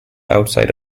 outside